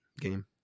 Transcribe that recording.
game